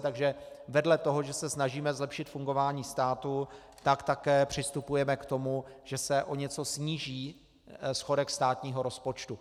Takže vedle toho, že se snažíme zlepšit fungování státu, tak také přistupujeme k tomu, že se o něco sníží schodek státního rozpočtu.